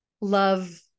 love